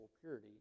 purity